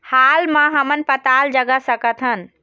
हाल मा हमन पताल जगा सकतहन?